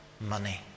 money